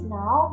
now